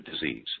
disease